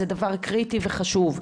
זה דבר קריטי וחשוב,